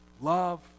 love